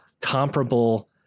comparable